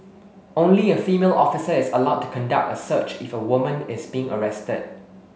only a female officer is allowed to conduct a search if a woman is being arrested